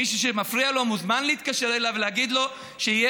מי שזה מפריע לו מוזמן להתקשר אליו ולהגיד לו שיהיה